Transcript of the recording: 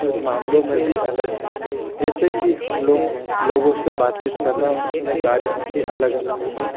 मामलों मे भी अलग हैं जैसे कि हम लोग लोगों से बातचीत करना और अपने कार्यों में भी अलग अलग है